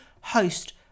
host